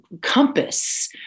compass